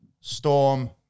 Storm